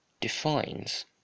defines